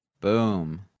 Boom